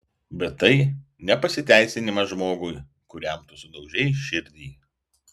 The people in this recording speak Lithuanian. bet tai ne pasiteisinimas žmogui kuriam tu sudaužei širdį